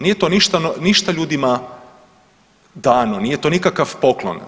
Nije to ništa ljudima dano, nije to nikakav poklon.